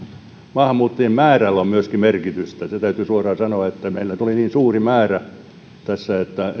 maahanmuuttajien määrällä on merkitystä se täytyy suoraan sanoa että meille tuli niin suuri määrä että